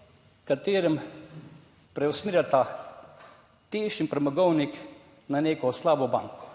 s katerim preusmerjata TEŠ in premogovnik na neko slabo banko.